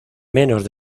menos